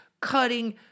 cutting